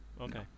Okay